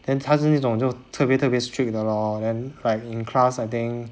then 他是那种就特别特别 strict 的 lor then like in class I think